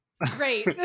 great